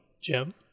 Jim